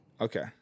Okay